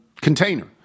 container